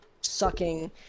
sucking